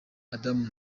adamu